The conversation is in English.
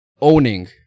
owning